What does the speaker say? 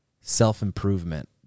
self-improvement